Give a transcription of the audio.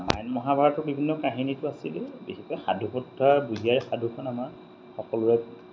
ৰামায়ণ মহাভাৰতৰ বিভিন্ন কাহিনীটো আছিলে বিশেষকৈ সাধু বুঢ়ী আইৰ সাধুখন আমাৰ সকলোৰে